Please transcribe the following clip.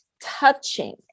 touching